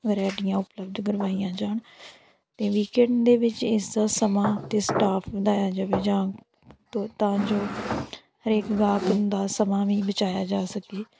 ਵਰੈਟੀਆਂ ਉਪਲਬਧ ਕਰਵਾਈਆਂ ਜਾਣ ਅਤੇ ਵੀਕਐਂਡ ਦੇ ਵਿੱਚ ਇਸ ਦਾ ਸਮਾਂ ਅਤੇ ਸਟਾਫ ਵਧਾਇਆ ਜਾਵੇ ਜਾਂ ਤੋ ਤਾਂ ਜੋ ਹਰੇਕ ਗ੍ਰਾਹਕ ਦਾ ਸਮਾਂ ਵੀ ਬਚਾਇਆ ਜਾ ਸਕੇ